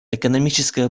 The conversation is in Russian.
экономическое